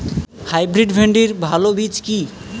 Hybrid ভিন্ডির ভালো বীজ কি?